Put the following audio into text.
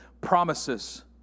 promises